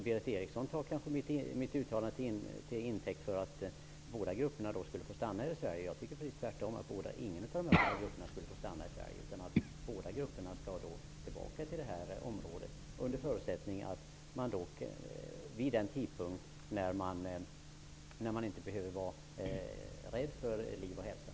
Berith Eriksson tar kanske mitt uttalande till intäkt för att båda grupperna skulle få stanna i Sverige. Jag tycker precis tvärtom att ingen av dessa grupper skall få stanna i Sverige. Båda grupperna skall tillbaka till det här området, vid den tidpunkt när man inte behöver frukta för liv och hälsa.